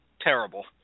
Terrible